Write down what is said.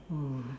oh